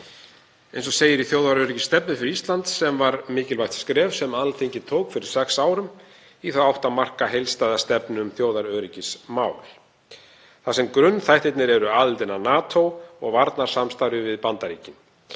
eins og segir í þjóðaröryggisstefnu fyrir Ísland, sem var mikilvægt skref sem Alþingi tók fyrir sex árum í þá átt að marka heildstæða stefnu um þjóðaröryggismál. Grunnþættirnir þar eru aðildin að NATO og varnarsamstarfið við Bandaríkin.